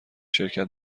شرکت